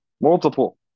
multiple